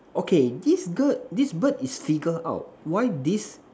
okay this girl this bird is figure out why this